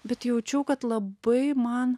bet jaučiau kad labai man